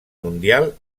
mundial